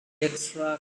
extra